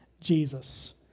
Jesus